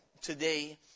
today